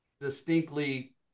distinctly